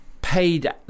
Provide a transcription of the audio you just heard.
paid